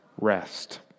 rest